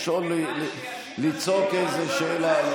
לצעוק איזו שאלה.